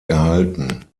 erhalten